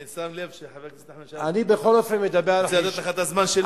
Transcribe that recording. אני שם לב שחבר הכנסת נחמן שי רוצה לתת לך את הזמן שלו.